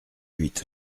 huit